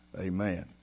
amen